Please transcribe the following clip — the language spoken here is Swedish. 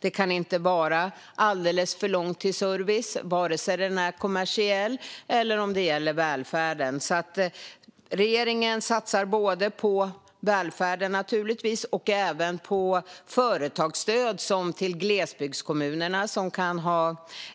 Det kan inte vara alldeles för långt till service, vare sig den är kommersiell eller gäller välfärden. Regeringen satsar både på välfärden och på företagsstöd, till exempel till glesbygdskommuner som kan